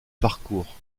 parcours